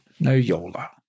Noyola